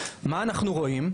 מה אנחנו רואים?